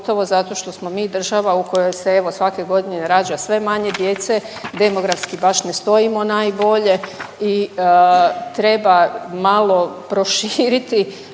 zato što smo mi država u kojoj se evo svake godine rađa sve manje djece, demografski baš ne stojimo najbolje i treba malo proširiti